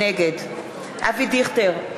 נגד אבי דיכטר,